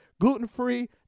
gluten-free